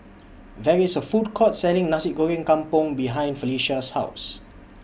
There IS A Food Court Selling Nasi Goreng Kampung behind Felicia's House